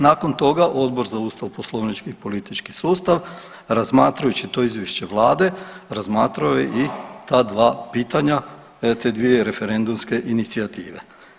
Nakon toga Odbora za Ustav, Poslovnik i politički sustav razmatrajući to izvješće vlade razmatrao je i ta dva pitanja te dvije referendumske inicijative.